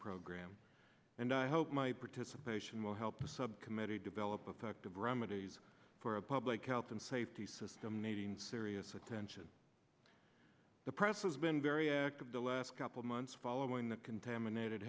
program and i hope my participation will help the subcommittee develop effective remedies for a public health and safety system a serious attention the press has been very active the last couple months following the contaminated